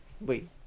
Wait